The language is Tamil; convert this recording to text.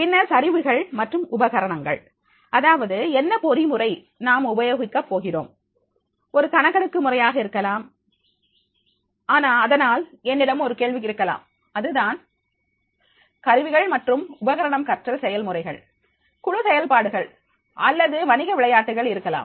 பின்னர் கருவிகள் மற்றும் உபகரணங்கள் அதாவது என்ன பொறிமுறை நாம் உபயோகிக்க போகிறோம் ஒரு கணக்கெடுப்பு முறையாக இருக்கலாம் அதனால் என்னிடம் ஒரு கேள்வி இருக்கலாம் அதுதான் கருவிகள் மற்றும் உபகரணம்கற்றல் செயல்முறைகள் குழு செயல்பாடுகள் அல்லது வணிக விளையாட்டுக்கள் இருக்கலாம்